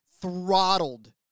throttled